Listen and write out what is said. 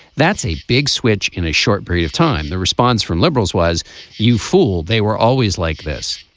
that's a big switch in a short period of time. the response from liberals was you fool. they were always like this.